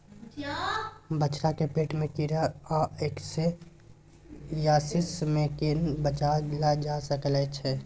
बछरा में पेट के कीरा आ एस्केरियासिस से केना बच ल जा सकलय है?